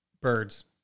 birds